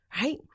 Right